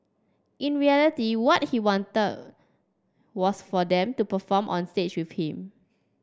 in reality what he wanted was for them to perform on stage with him